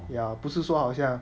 ya 不是说好像